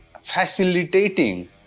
facilitating